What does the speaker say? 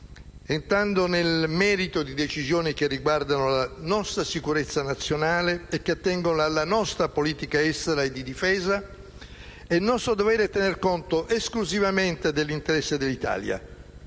entrando nel merito di decisioni che riguardano la nostra sicurezza nazionale e che attengono alla nostra politica estera e di difesa, è nostro dovere tener conto esclusivamente dell'interesse dell'Italia,